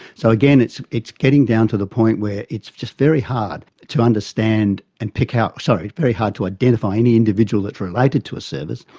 so again, it's it's getting down to the point where it's just very hard to understand and pick out, sorry, very hard to identify any individual that is related to a service.